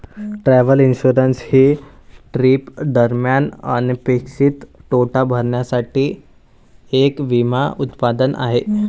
travel insurance हे trip दरम्यान अनपेक्षित तोटा भरण्यासाठी एक विमा उत्पादन आहे